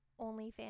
OnlyFans